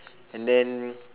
and then